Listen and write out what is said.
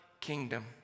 kingdom